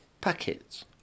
Packets